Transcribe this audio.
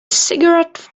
cigarette